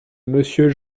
monsieur